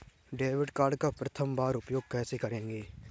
Debit card का प्रथम बार उपयोग कैसे करेंगे?